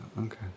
Okay